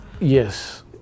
yes